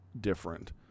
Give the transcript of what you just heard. Different